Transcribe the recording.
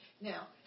Now